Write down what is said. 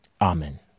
Amen